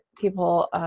people